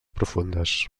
profundes